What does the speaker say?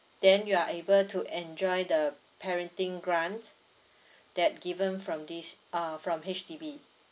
then you are able to enjoy the parenting grant that given from this err from H_D_B